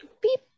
Beep